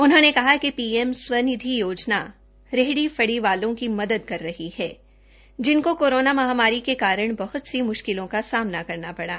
उन्होंने कहा कि पी एम स्वनिधि योजना रेहड़ी फड़ी वालों की मदद कर रही है जिनकों कोरोना महामारी के कारण बहृत सी म्श्किलों का सामना करना पड़ा